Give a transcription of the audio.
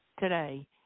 Today